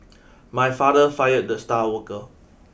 my father fired the star worker